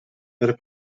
per